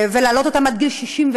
ולהעלות אותה עד גיל 64,